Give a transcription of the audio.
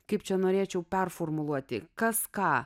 kaip čia norėčiau performuluoti kas ką